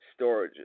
storages